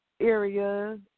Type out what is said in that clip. area